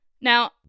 now